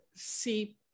See